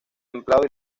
templados